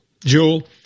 Jewel